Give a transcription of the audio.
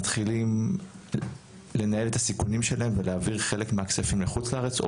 מתחילים לנהל את הסיכונים שלהם ולהעביר חלק מהכספים לחוץ לארץ.